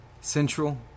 central